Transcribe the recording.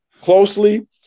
closely